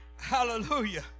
hallelujah